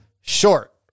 short